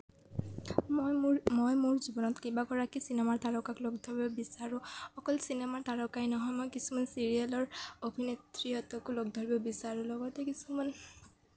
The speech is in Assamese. মই মোৰ মই মোৰ জীৱনত কেইবাগৰাকীও চিনেমা তাৰকাক লগ ধৰিব বিচাৰোঁ অকল চিনেমাৰ তাৰকাই নহয় কিছুমান চিৰিয়েলৰ অভিনেত্ৰীহতঁকো লগ ধৰিব বিচাৰোঁ লগতে কিছুমান